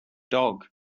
dog